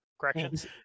corrections